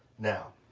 now,